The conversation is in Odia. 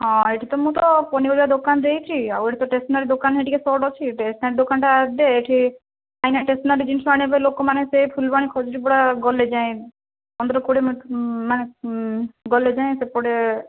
ହଁ ଏଇଠି ତ ମୁଁ ତ ପନିପରିବା ଦୋକାନ ଦେଇଛି ଆଉ ଏଠି ତ ଷ୍ଟେସନାରୀ ଦୋକାନଟା ଟିକେ ସର୍ଟ ଅଛି ଟେସନାରୀ ଦୋକାନଟା ଦେ ଏଠି କାହିଁକି ନା ଷ୍ଟେସନାରୀ ଜନିଷ ଆଣିବା ପାଇଁ ଲୋକମାନେ ସେ ଫୁଲବାଣୀ ଖଜୁରୀ ପଡ଼ା ଗଲେ ଯାଇଁ ପନ୍ଦର କୋଡ଼ିଏ ଗଲେ ଯାଇଁ ସେପଟେ